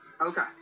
Okay